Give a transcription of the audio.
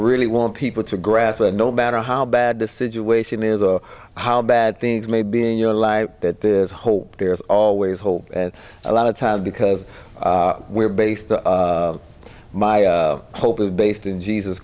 really want people to grasp and no matter how bad the situation is or how bad things may be in your life that the hope there's always hope and a lot of times because we're based my hope is based in jesus